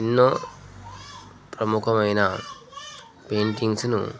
ఎన్నో ప్రముఖమైన పెయింటింగ్స్ను